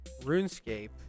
RuneScape